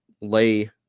lay